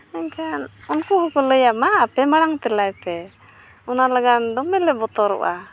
ᱢᱮᱱᱠᱷᱟᱱ ᱩᱱᱠᱩ ᱦᱚᱸᱠᱚ ᱞᱟᱹᱭᱟ ᱢᱟ ᱟᱯᱮ ᱢᱟᱲᱟᱝ ᱛᱮᱞᱟᱭ ᱯᱮ ᱚᱱᱟ ᱞᱟᱹᱜᱤᱫ ᱫᱚᱢᱮ ᱞᱮ ᱵᱚᱛᱚᱨᱚᱜᱼᱟ